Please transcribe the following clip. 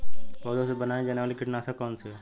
पौधों से बनाई जाने वाली कीटनाशक कौन सी है?